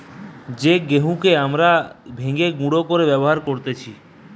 যেই গেহুকে হামরা ভেঙে গুঁড়ো করে ব্যবহার করতেছি